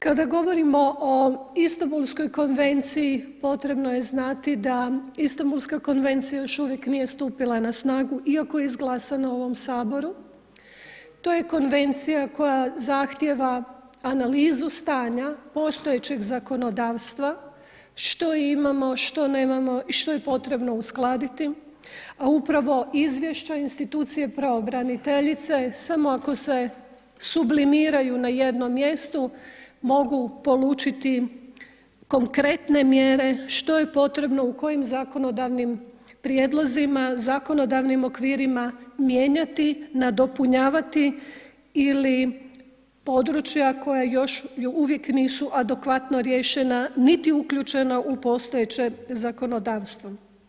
Kada govorimo o Istanbulskoj konvenciji potrebno je znati da Istanbulska konvencija još uvijek nije stupila na snagu iako je izglasana u ovom Saboru, to je konvencija koja zahtjeva analizu stanja postojećeg zakonodavstva, što imamo, što nemamo i što je potrebno uskladiti, a upravo izvješće institucije pravobraniteljice samo ako se sublimiraju na jednom mjestu mogu polučiti konkretne mjere što je potrebno, u kojim zakonodavnim prijedlozima, zakonodavnim okvirima mijenjati, nadopunjavati ili područja koja još uvijek nisu adekvatno riješena niti uključena u postojeće zakonodavstvo.